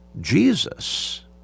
Jesus